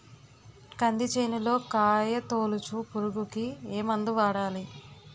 కంది చేనులో కాయతోలుచు పురుగుకి ఏ మందు వాడాలి?